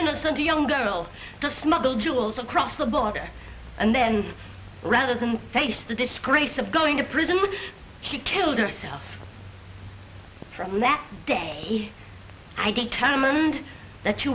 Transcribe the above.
innocent young girl to smuggle jewels across the border and then rather than face the disgrace of going to prison which she killed herself from that day i determined that you